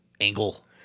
Angle